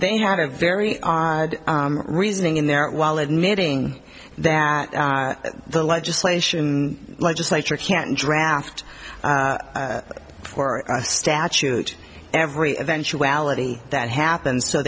they had a very odd reasoning in there while admitting that the legislation legislature can draft for a statute every eventuality that happened so